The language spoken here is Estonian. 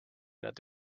nad